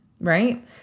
Right